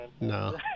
No